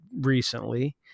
recently